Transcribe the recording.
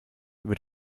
wird